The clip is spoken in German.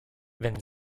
wenn